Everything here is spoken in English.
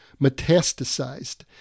metastasized